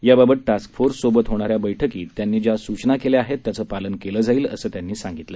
याबाबत task force सोबत होणाऱ्या बळकीत त्यांनी ज्या सूचना केल्या आहेत त्यांचं पालन केलं जाईल असं त्यांनी सांगितलं